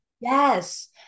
yes